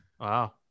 Wow